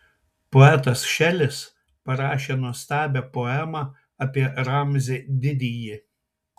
poetas šelis parašė nuostabią poemą apie ramzį didįjį